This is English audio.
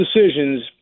decisions